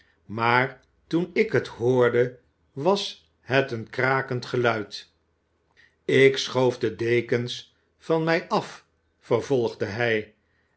maar toen ik het hoorde was het een krakend geluid ik schoof de dekens van mij af vervolgde hij